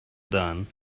done